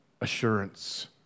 assurance